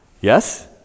Yes